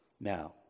Now